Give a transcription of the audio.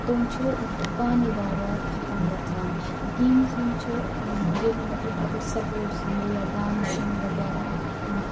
تِم چھِ پانٕے وارٕ وارٕ خَتم گَژھان گیمٕز یم چھِ ییٚلہِ مطلب اَگر سَپوٹِس گِندو یا ڈانسِنگ وَغیرہ